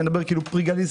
פרי גליל,